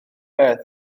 beth